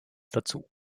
dazu